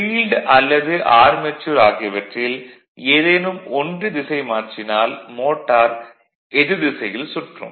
field அல்லது armature ஆகியவற்றில் ஏதேனும் ஒன்றை திசை மாற்றினால் மோட்டார் எதிர்திசையில் சுற்றும்